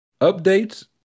updates